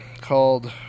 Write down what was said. called